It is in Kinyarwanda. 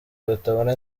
batabona